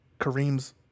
Kareem's